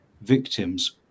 victims